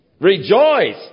Rejoice